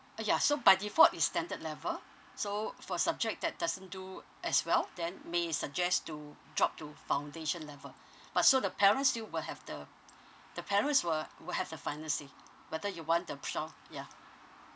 uh ya so by default is standard level so for subject that doesn't do as well then may suggest to drop to foundation level but so the parents still will have the the parents will will have the final say whether you want them sho~ ya